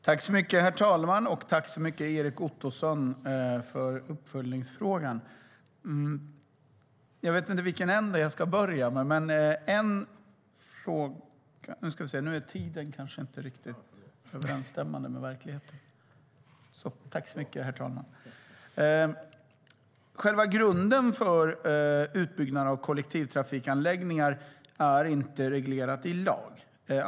Herr talman! Tack, Erik Ottoson, för uppföljningsfrågan! Själva grunden för utbyggnaden av kollektivtrafikanläggningar är inte reglerad i lag.